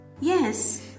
Yes